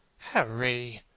harry!